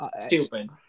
Stupid